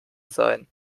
sein